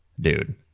Dude